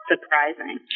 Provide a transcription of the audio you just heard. Surprising